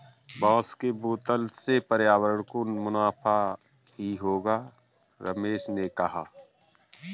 बांस के बोतल से पर्यावरण को मुनाफा ही होगा रमेश ने कहा